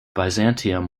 byzantium